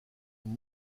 une